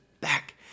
back